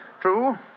True